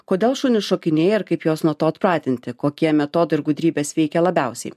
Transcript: kodėl šunys šokinėja ir kaip juos nuo to atpratinti kokie metodai ir gudrybės veikia labiausiai